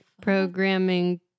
programming